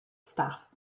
staff